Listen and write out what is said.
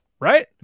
right